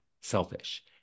selfish